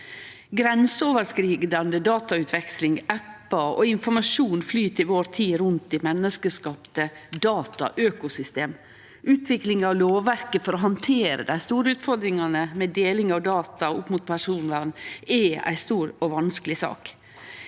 Grenseoverskridande datautveksling, appar og informasjon flyt i vår tid rundt i menneskeskapte dataøkosystem. Utviklinga av lovverket for å handtere dei store utfordringane med personvern ved deling av data er ei stor og vanskeleg sak.